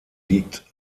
liegt